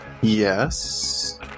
Yes